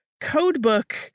codebook